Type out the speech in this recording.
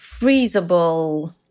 freezable